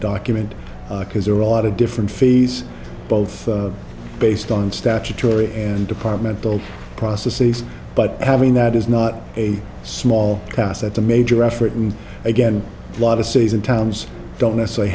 document because there are a lot of different fees both based on statutory and departmental processes but having that is not a small cost that the major effort and again a lot of cities and towns don't necessarily